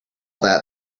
that